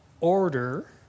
order